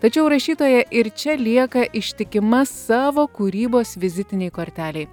tačiau rašytoja ir čia lieka ištikima savo kūrybos vizitinei kortelei